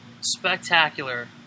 spectacular